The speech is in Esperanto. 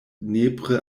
nepre